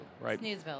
right